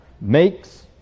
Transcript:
makes